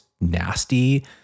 nasty